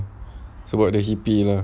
sebab dia pity lah